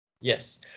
Yes